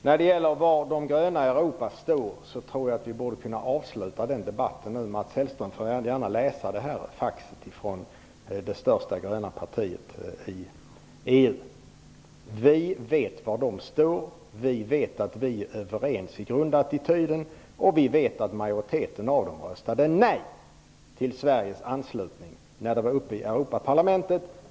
Debatten om var de gröna partierna i Europa står tror jag att vi bör kunna avsluta nu. Mats Hellström får gärna läsa det fax som kommit från det största gröna partiet i EU. Vi i Miljöpartiet de gröna vet hur de ställer sig, och vi vet att vi är överens när det gäller grundattityden. Vi vet också att majoriteten av dem röstade nej till Sveriges anslutning, när frågan var aktuell i Europaparlamentet.